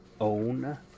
own